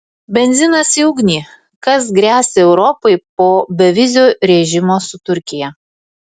benzinas į ugnį kas gresia europai po bevizio režimo su turkija